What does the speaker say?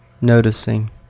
Noticing